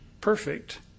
perfect